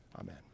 Amen